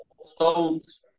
stones